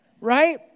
right